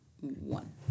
one